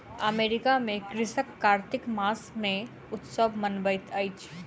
America में कृषक कार्तिक मास मे उत्सव मनबैत अछि